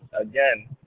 again